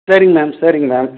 சரிங்க மேம் சரிங்க மேம்